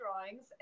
drawings